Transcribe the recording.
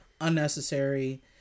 Unnecessary